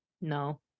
No